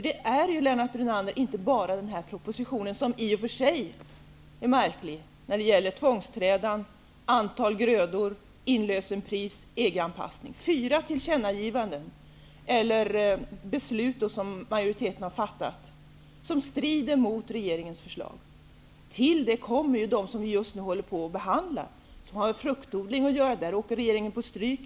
Det gäller ju, Lennart Brunander, inte bara den här propositionen, som i och för sig är märklig när det gäller tvångsträda, antal grödor, inlösenpris och EG-anpassning. Det är fyra tillkännagivanden eller beslut som majoriteten föreslår som strider emot regeringens förslag. Till det kommer ju de förslag som vi just nu håller på att behandla. De har med fruktodlingen att göra. Där åker regeringen på stryk.